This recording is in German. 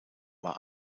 war